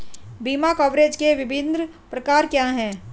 बीमा कवरेज के विभिन्न प्रकार क्या हैं?